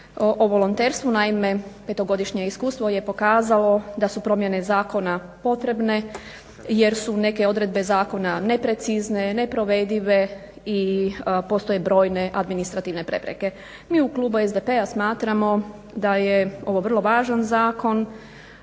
o volonterstvu. Naime petogodišnje iskustvo je pokazalo da su promjene zakona potrebne jer su neke odredbe neprecizne, neprovedive i postoje brojne administrativne prepreke. Mi u Klubu SDP-a smatramo da je ovo vrlo važan zakon